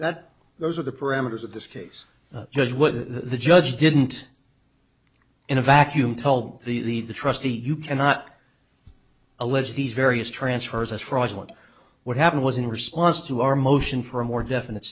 that those are the parameters of this case because what the judge didn't in a vacuum told the trustee you cannot allege these various transfers as fraudulent what happened was in response to our motion for a more definite